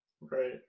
Right